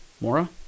Mora